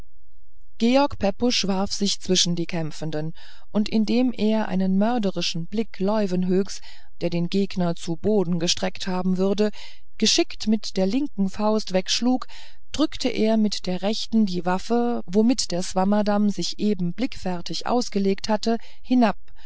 george pepusch warf sich zwischen die kämpfenden und indem er einen mörderischen blick leuwenhoeks der den gegner zu boden gestreckt haben würde geschickt mit der linken faust wegschlug drückte er mit der rechten die waffe womit der swammerdamm sich eben blickfertig ausgelegt hatte hinab